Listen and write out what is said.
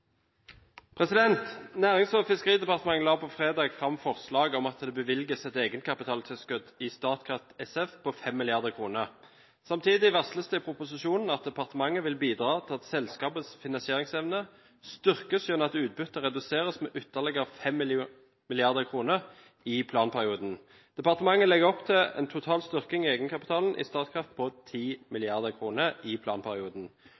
fiskeridepartementet la fredag fram forslag om at det bevilges et egenkapitalinnskudd i Statkraft SF på 5 mrd. kr. Samtidig varsles det i proposisjonen at departementet vil bidra til at selskapets finansieringsevne styrkes gjennom at utbyttet reduseres med ytterligere 5 mrd. kr i planperioden. Departementet legger opp til en total styrking i egenkapitalen i Statkraft på 10 mrd. kr i planperioden.